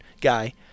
guy